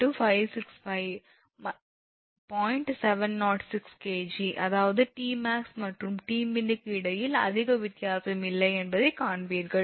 706 𝐾𝑔 அதாவது 𝑇𝑚𝑎𝑥 மற்றும் 𝑇𝑚𝑖𝑛 க்கு இடையில் அதிக வித்தியாசம் இல்லை என்பதை காண்பீர்கள்